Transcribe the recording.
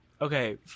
Okay